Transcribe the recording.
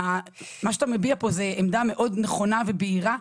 מה שאתה מביע פה זו עמדה מאוד נכונה ובהירה,